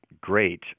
great